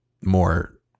more